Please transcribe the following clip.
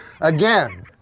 Again